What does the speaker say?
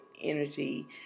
energy